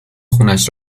خونش